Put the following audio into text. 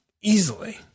easily